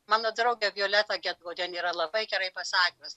mano draugė violeta gedgaudienė yra labai gerai pasakius